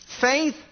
Faith